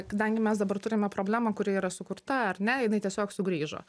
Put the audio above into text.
kadangi mes dabar turime problemą kuri yra sukurta ar ne jinai tiesiog sugrįžo